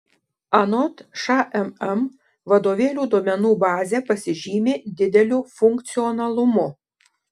anot šmm vadovėlių duomenų bazė pasižymi dideliu funkcionalumu